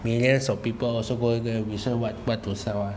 millions of people also go and research what to sell ah